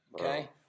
okay